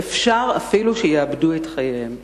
ואפשר אפילו שיאבדו את חייהם,